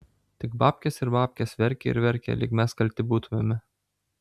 tik babkės ir babkės verkia ir verkia lyg mes kalti būtumėme